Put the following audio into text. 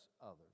others